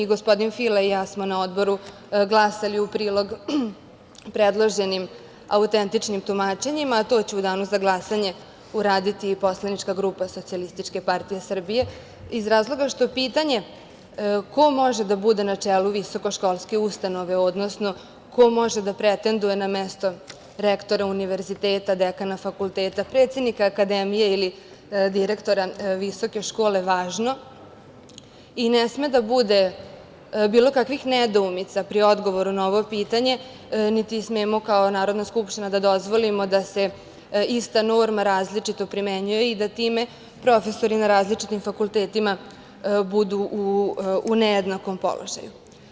Gospodin Fila i ja smo na Odboru glasali u prilog predloženim autentičnim tumačenjima, a to ću u danu za glasanje uraditi i poslanička grupa SPS, iz razloga što pitanje ko može da bude na čelu visokoškolske ustanove, odnosno, ko može da pretenduje na mesto rektora univerziteta, dekana fakulteta, predsednika akademije, ili direktora visoke škole, je važno, i ne sme da bude bilo kakvih nedoumica pri odgovoru na ovo pitanje, niti smemo kao Narodna skupština da dozvolimo da se ista norma različito primenjuje i da time profesori na različitim fakultetima budu u nejednakom položaju.